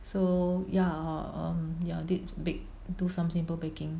so ya um ya that's bak~ do something for baking